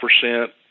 percent